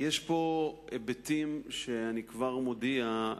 יש פה היבטים שאני כבר מודיע,